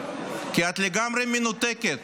כי את לגמרי מנותקת.